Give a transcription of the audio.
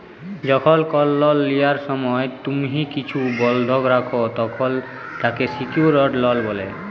যখল কল লল লিয়ার সময় তুম্হি কিছু বল্ধক রাখ, তখল তাকে সিকিউরড লল ব্যলে